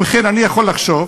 ובכן, אני יכול לחשוב